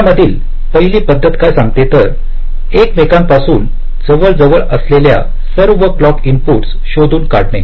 यामधील पहिली पद्धत काय सांगते तर एकमेकांपासून जवळजवळ असलेल्या सर्व क्लॉक इनपूटस शोधून काढणे